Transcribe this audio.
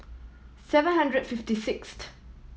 seven hundred fifty sixth